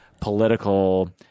political